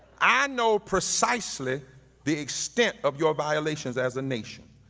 i know precisely the extent of your violations as a nation.